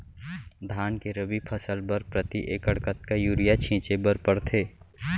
धान के रबि फसल बर प्रति एकड़ कतका यूरिया छिंचे बर पड़थे?